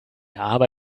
aber